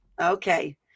Okay